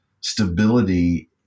stability